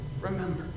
remember